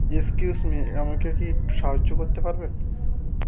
excuse me আমাকে কি একটু সাহায্য করতে পারবেন